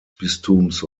bistums